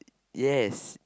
yes